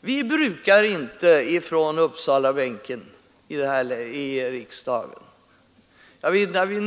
Jag vet inte att vi från Uppsalabänken i riksdagen